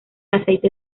aceite